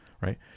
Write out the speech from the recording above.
right